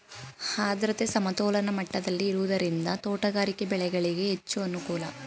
ಆದ್ರತೆ ಸಮತೋಲನ ಮಟ್ಟದಲ್ಲಿ ಇರುವುದರಿಂದ ತೋಟಗಾರಿಕೆ ಬೆಳೆಗಳಿಗೆ ಹೆಚ್ಚು ಅನುಕೂಲ